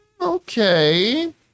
okay